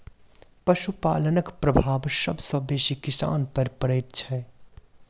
पशुपालनक प्रभाव सभ सॅ बेसी किसान पर पड़ैत छै